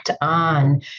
on